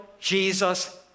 Jesus